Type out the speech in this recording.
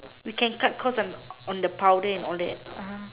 we can cut cost on on the powder and all that ah